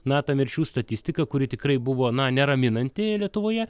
na ta mirčių statistika kuri tikrai buvo na neraminanti lietuvoje